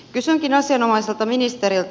kysynkin asianomaiselta ministeriltä